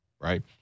Right